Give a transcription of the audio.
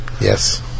Yes